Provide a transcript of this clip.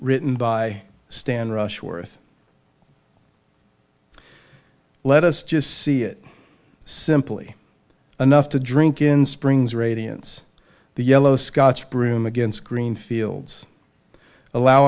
written by stan rushworth let us just see it simply enough to drink in spring's radiance the yellow scotch broom against green fields allow